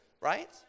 right